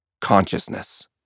consciousness